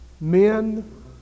Men